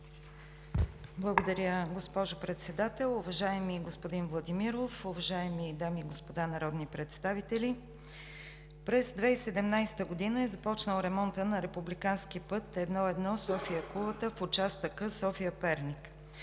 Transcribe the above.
Благодаря, госпожо Председател. Уважаеми господин Владимиров, уважаеми дами и господа народни представители! През 2017 г. е започнал ремонтът на републикански път I-1 София – Кулата в участъка София – Перник.